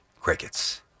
Crickets